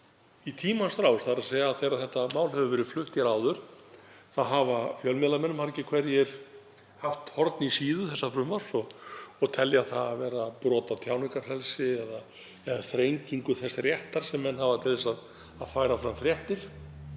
Í tímans rás, þ.e. þegar þetta mál hefur verið flutt hér áður, hafa fjölmiðlamenn margir hverjir haft horn í síðu þessa frumvarps og telja það vera brot á tjáningarfrelsi eða þrengingu þess réttar sem menn hafa til að færa fram fréttir.